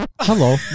Hello